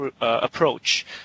approach